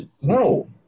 No